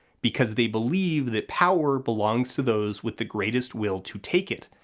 because they believe that power belongs to those with the greatest will to take it,